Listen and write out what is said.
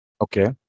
Okay